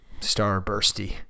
starbursty